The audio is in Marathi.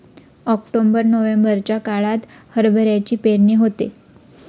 ऑक्टोबर नोव्हेंबरच्या काळात हरभऱ्याची पेरणी होते